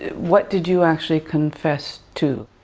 ah what did you actually confessed to?